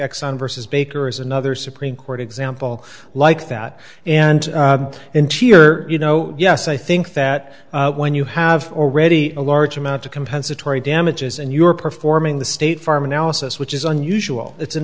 exxon versus baker is another supreme court example like that and interior you know yes i think that when you have already a large amount of compensatory damages and you're performing the state farm analysis which is unusual it's an